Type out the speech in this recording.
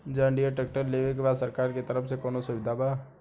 John Deere tractor लेवे के बा सरकार के तरफ से कौनो सुविधा बा?